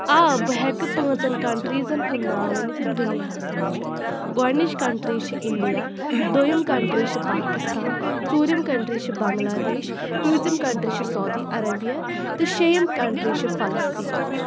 آ بہٕ ہٮ۪کہٕ پانٛژَن کَنٛٹریٖزن ہُنٛد ناو ؤنِتھ یِم دُنیاہَس منٛز چھِ گۄڈٕنِچ کَنٛٹری چھِ اِنٛڈِیا دوٚیِم کَنٛٹری چھِ پاکِستان ژوٗرِم کَنٛٹری چھِ بنگلہ دیش پٲنٛژِم کَنٛٹری چھِ سعودی عربیہِ تہٕ شیٚیِم کَنٛٹڑی چھِ فَلَسطیٖن